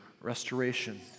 restoration